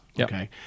okay